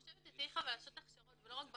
אבל, לדעתי, צריך לעשות הכשרות ולא רק ברווחה.